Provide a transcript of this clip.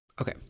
Okay